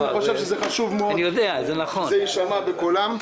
חשוב מאוד שזה יישמע בקולם.